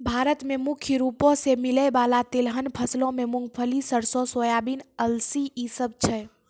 भारत मे मुख्य रूपो से मिलै बाला तिलहन फसलो मे मूंगफली, सरसो, सोयाबीन, अलसी इ सभ छै